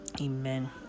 Amen